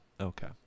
Okay